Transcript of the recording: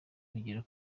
rugera